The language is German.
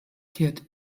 kehrt